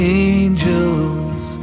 angels